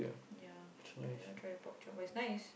ya I never try the pork chop but it's nice